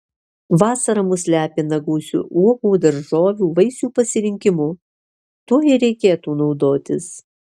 vasara mus lepina gausiu uogų daržovių vaisių pasirinkimu tuo ir reikėtų naudotis